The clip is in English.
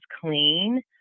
clean